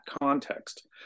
context